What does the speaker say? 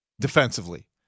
defensively